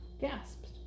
gasped